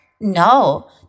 No